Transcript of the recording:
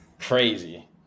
Crazy